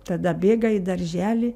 tada bėga į darželį